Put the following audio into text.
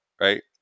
right